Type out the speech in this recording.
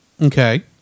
Okay